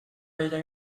bella